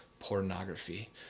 Pornography